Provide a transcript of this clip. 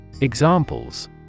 Examples